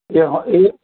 এই